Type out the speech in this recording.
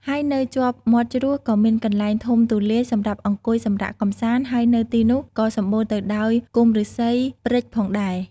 ហើយនៅជាប់មាត់ជ្រោះក៏មានកន្លែងធំទូលាយសម្រាប់អង្គុយសម្រាកកំសាន្ត ហើយនៅទីនោះក៏សម្បូរទៅដោយគុម្ពឬស្សីព្រេចផងដែរ។